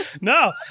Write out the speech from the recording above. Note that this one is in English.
No